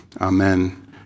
Amen